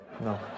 No